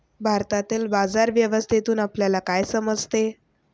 भारतातील बाजार व्यवस्थेतून आपल्याला काय समजते?